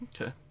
okay